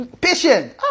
patient